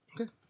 Okay